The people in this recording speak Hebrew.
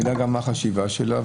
אני יודע גם מה החשיבה שלה.